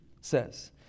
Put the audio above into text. says